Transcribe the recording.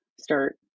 start